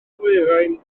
ddwyrain